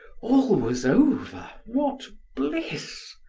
all was over! what bliss!